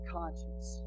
conscience